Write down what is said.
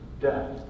death